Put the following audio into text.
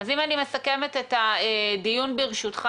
אז אם אני מסכמת את הדיון, ברשותך,